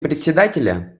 председателя